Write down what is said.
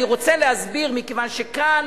אני רוצה להסביר, מכיוון שכאן